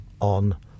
on